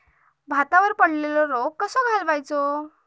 भातावर पडलेलो रोग कसो घालवायचो?